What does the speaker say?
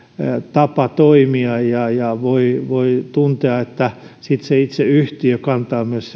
tapa toimia ja ja voi voi tuntea että sitten itse yhtiö kantaa myös